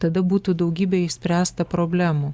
tada būtų daugybė išspręsta problemų